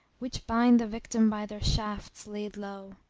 which bind the victim by their shafts laid low?